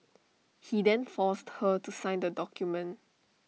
he then forced her to sign the document